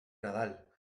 nadal